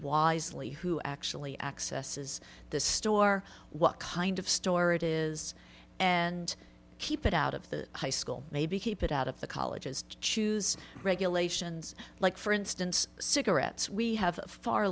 wisely who actually accesses the store what kind of store it is and keep it out of the high school maybe keep it out of the colleges choose regulations like for instance cigarettes we have far